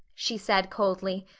she said coldly,